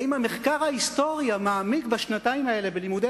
האם המחקר ההיסטורי המעמיק בשנתיים האלה בלימודי